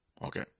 Okay